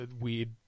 weird